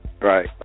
Right